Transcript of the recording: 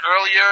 earlier